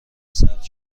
ثبت